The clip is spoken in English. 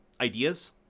ideas